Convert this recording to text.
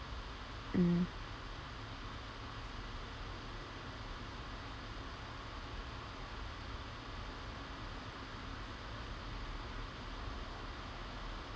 mm